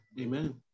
Amen